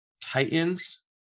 Titans